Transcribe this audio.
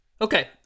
Okay